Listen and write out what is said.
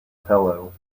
pillow